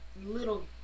Little